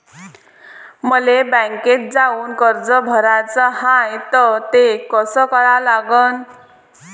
मले बँकेत जाऊन कर्ज भराच हाय त ते कस करा लागन?